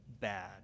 bad